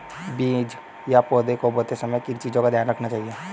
बीज या पौधे को बोते समय किन चीज़ों का ध्यान रखना चाहिए?